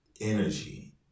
energy